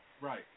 Right